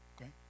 Okay